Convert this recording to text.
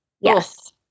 Yes